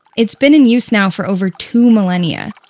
it's been in use now for over two millennia.